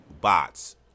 bots